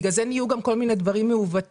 בגלל זה נהיו גם כל מיני דברים מעוותים.